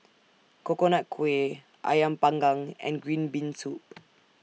Coconut Kuih Ayam Panggang and Green Bean Soup